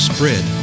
Spread